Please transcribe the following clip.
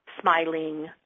smiling